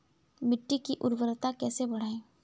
मिट्टी की उर्वरता कैसे बढ़ाएँ?